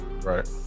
Right